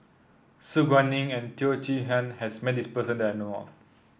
Su Guaning and Teo Chee Hean has met this person that I know of